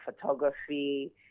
photography